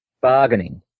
Bargaining